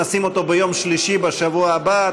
נשים אותו ביום שלישי בשבוע הבא.